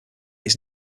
his